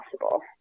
possible